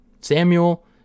Samuel